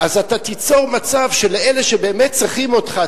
אז אתה תיצור מצב שאל אלה שבאמת צריכים אותך,